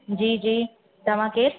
जी जी तव्हां केर